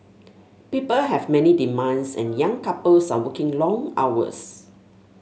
people have many demands and young couples are working long hours